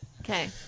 Okay